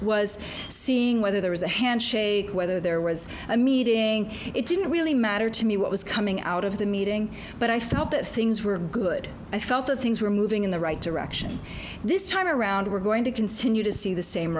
was seeing whether there was a handshake whether there was a meeting it didn't really matter to me what was coming out of the meeting but i felt that things were good i felt that things were moving in the right direction this time around we're going to continue to see the same